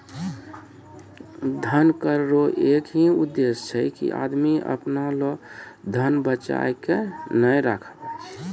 धन कर रो एक ही उद्देस छै की आदमी अपना लो धन बचाय के नै राखै